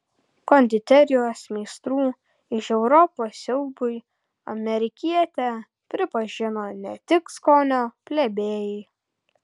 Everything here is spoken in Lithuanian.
konditerijos meistrų iš europos siaubui amerikietę pripažino ne tik skonio plebėjai